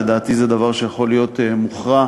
לדעתי זה דבר שיכול להיות מוכרע,